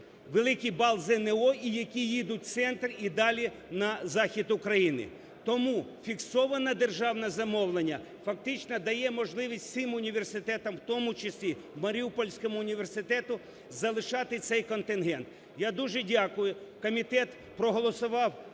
великий бал ЗНО і, які їдуть в центр і далі на Захід України. Тому фіксоване державне замовлення фактично дає можливість всім університетам, в тому числі Маріупольському університету залишати цей контингент. Я дуже дякую, комітет проголосував